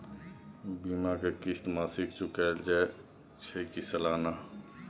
बीमा के किस्त मासिक चुकायल जाए छै की सालाना?